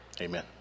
Amen